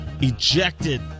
ejected